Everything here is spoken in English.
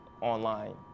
online